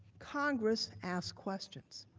congress asked questions.